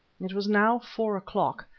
it was now four o'clock,